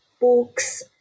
books